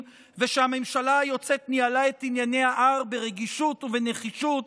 ושהממשלה היוצאת ניהלה את ענייני ההר ברגישות ובנחישות,